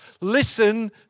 Listen